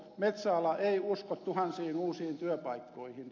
metsäala ei usko tuhansiin uusiin työpaikkoihin